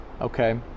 okay